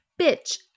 bitch